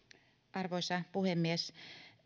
arvoisa puhemies